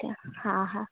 हा हा